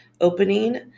opening